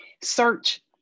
search